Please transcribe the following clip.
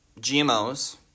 GMOs